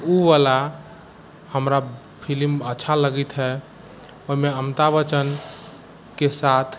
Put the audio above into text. ओवला हमरा फिलिम अच्छा लगैत हइ ओहिमे अमिताभ बच्चनके साथ